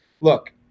Look